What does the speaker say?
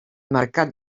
mercat